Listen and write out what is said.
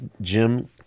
Jim